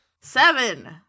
Seven